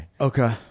okay